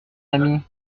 ami